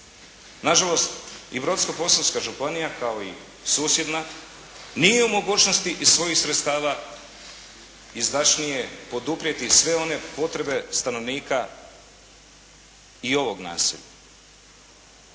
Nažalost, i Brodsko-posavska županija kao i susjedna nije u mogućnosti iz svojih sredstava izdašnije poduprijeti sve one potrebe stanovnika i ovog naselja.